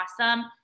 awesome